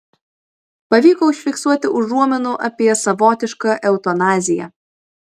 pavyko užfiksuoti užuominų apie savotišką eutanaziją